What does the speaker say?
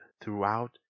throughout